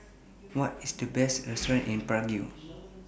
What IS The Best restaurants in Prague